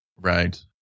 right